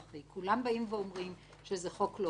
כולם אומרים שזה חוק לא ראוי.